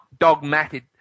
dogmated